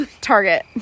Target